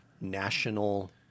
national